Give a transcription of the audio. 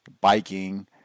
biking